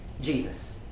Jesus